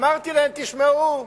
אמרתי להם: תשמעו,